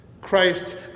Christ